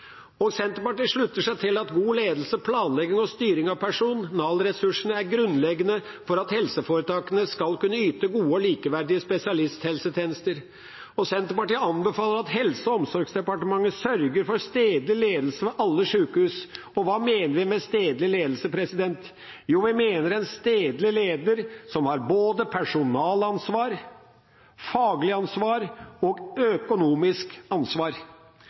planlegging og styring av personalressursene er grunnleggende for at helseforetakene skal kunne yte gode og likeverdige spesialisthelsetjenester. Senterpartiet anbefaler at Helse- og omsorgsdepartementet sørger for stedlig ledelse ved alle sykehus. Hva mener vi med stedlig ledelse? Jo, vi mener en stedlig leder som har både personalansvar, faglig ansvar og økonomisk ansvar.